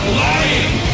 lying